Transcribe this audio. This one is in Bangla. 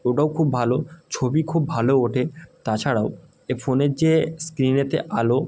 ওটাও খুব ভালো ছবি খুব ভালো ওঠে তাছাড়াও এ ফোনের যে স্ক্রিনেতে আলো